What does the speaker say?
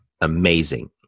amazing